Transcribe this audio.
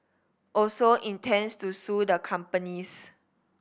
also intends to sue the companies